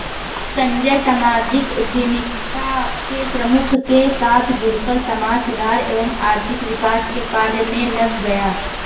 संजय सामाजिक उद्यमिता के प्रमुख के साथ जुड़कर समाज सुधार एवं आर्थिक विकास के कार्य मे लग गया